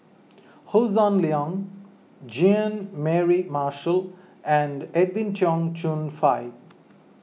Hossan Leong Jean Mary Marshall and Edwin Tong Chun Fai